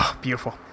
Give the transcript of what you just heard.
Beautiful